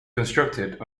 constructed